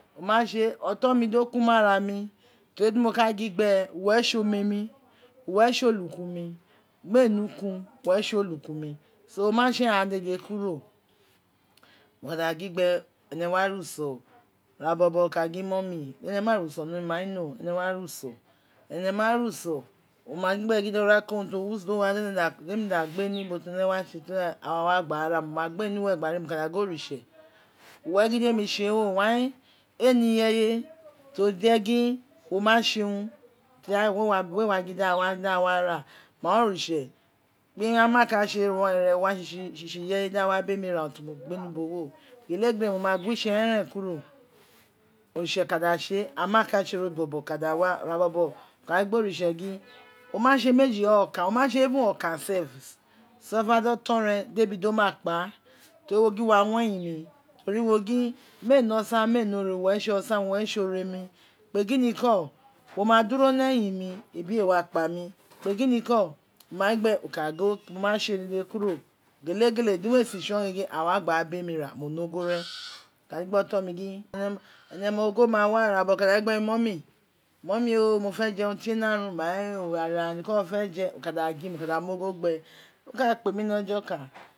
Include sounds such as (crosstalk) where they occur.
O ma tse otou mi do ku mara mi (noise) teri gin no ka gin gbe wo re tse omeremi (noise) uwo re tse olukan mi mee ne ukun uwo re tse olokan mi so o ma tse wo re tse olukan mi so o ma tse wou gha en dede kuro ene ka da re uso irabobo oka gi mummy dene mai re uso ni onuwe mo ka gin gbe gin no ene wa re usei ene wa re usono ma gin gbe gin do ko (unintelligible) aghanghaw ra gba a ra (noise) mo in gbe in uwere uo ka da gin oritse uwo re gin di eni tse urun ren rem, (noise) > wai ee ne irrye to mu tse urun to ti we wa gin daghi wa (hesitation) dagha wa ra mai orito ne amakatse re wa tsitsi (noise) tsi tsi ipeye dagha wa bemi ra umen ti mo le ni uborroe ghelegho mo ma guo iste eren kuro oritse ka da tse auakatse ro bobo ka da wu ina bobo ka da mu ina bobo mo ka gin gbe oritse gin o ma tse meji were oka even okan self (unintelligible) ti oton re debi domakpa teri gho wa wi eyin mi mie re ore mie ne ora uwa re tse osa owo re tse ore tse ore mi mo gin niko wo ma duro ru ejin mi ebi eo wikpa mi teni nikomo gin gbe mi ma tse unum dede kuro gheleghele di me si tson gege aghan wa gba ra bemi ra mo ne ogho rena ka gin gbe oton mi gin and ogho ma wa ira bobo o ka giri gbe mi gin mumu o fe ferun tie u arun mai uranran niko wo te je o ka da gin mo ta da mu ogho gbe oka kpe mi ri ojo okan